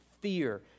fear